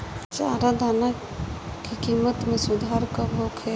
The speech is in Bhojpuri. चारा दाना के किमत में सुधार कब होखे?